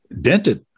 dented